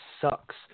sucks